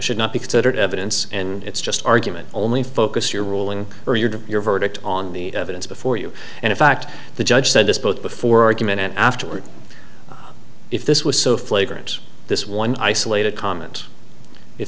should not be considered evidence and it's just argument only focus your ruling or your to your verdict on the evidence before you and in fact the judge said this both before argument and afterward if this was so flagrant this one isolated comment if